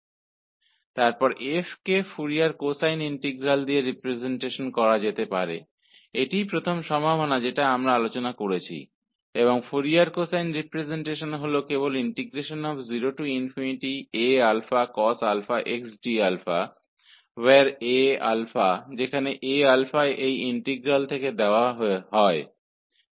फिर f को या तो फ़ोरियर कोसाइन इंटीग्रल द्वारा दर्शाया जा सकता है जो की पहली संभावना है जिस पर हम चर्चा कर चुके है और फोरियर कोसाइन रिप्रेज़ेंटेशन को 0 Acosx d द्वारा दर्शा सकते है जहां Aα इस इंटीग्रल द्वारा दिया गया है